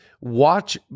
Watch